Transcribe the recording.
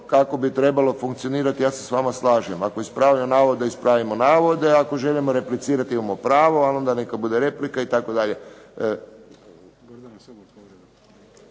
kako bi trebalo funkcionirati. Ja se s vama slažem. Ako ispravljamo navode ispravimo navode, ako želimo replicirati imamo pravo, ali onda neka bude replika itd.